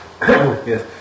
Yes